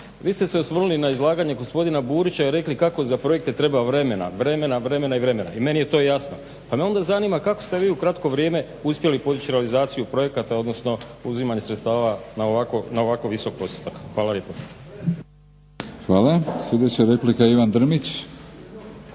Vi ste se osvrnuli na izlaganje gospodina Burića i rekli kako za projekte treba vremena, vremena i vremena i meni je to jasno pa me onda zanima kako ste vi u kratko vrijeme uspjeli podići realizaciju projekata, odnosno uzimanje sredstava na ovako visok postotak. Hvala lijepa. **Batinić, Milorad (HNS)** Hvala. Sljedeća replika, Ivan Drmić.